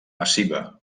massiva